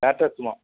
Tata sumo